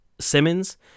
Simmons